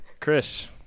Chris